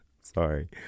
sorry